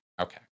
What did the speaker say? Okay